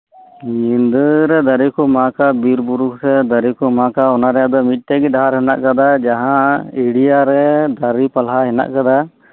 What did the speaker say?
ᱧᱤᱫᱟᱹᱨᱮ ᱫᱟᱨᱤᱠᱩ ᱢᱟᱜᱟ ᱵᱤᱨᱵᱩᱨᱩ ᱥᱮ ᱫᱟᱨᱤᱠ ᱢᱟᱜᱟ ᱚᱱᱟᱨᱮᱭᱟᱜ ᱫᱚ ᱢᱤᱫᱴᱮᱡᱜᱤ ᱰᱟᱦᱟᱨ ᱦᱮᱱᱟᱜ ᱟᱠᱟᱫᱟ ᱡᱟᱦᱟᱸ ᱮᱲᱤᱭᱟ ᱨᱮ ᱫᱟᱨᱤ ᱯᱟᱞᱦᱟ ᱦᱮᱱᱟᱜ ᱟᱠᱟᱫᱟ